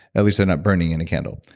at least they're not burning in a candle.